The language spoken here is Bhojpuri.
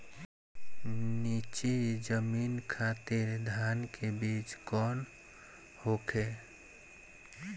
नीची जमीन खातिर धान के बीज कौन होखे?